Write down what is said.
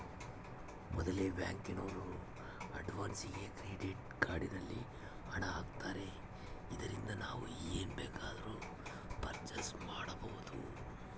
ಮೊದಲೆ ಬ್ಯಾಂಕಿನೋರು ಅಡ್ವಾನ್ಸಾಗಿ ಕ್ರೆಡಿಟ್ ಕಾರ್ಡ್ ನಲ್ಲಿ ಹಣ ಆಗ್ತಾರೆ ಇದರಿಂದ ನಾವು ಏನ್ ಬೇಕಾದರೂ ಪರ್ಚೇಸ್ ಮಾಡ್ಬಬೊದು